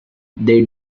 they